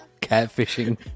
catfishing